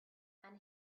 and